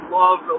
love